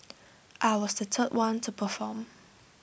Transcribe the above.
I was the third one to perform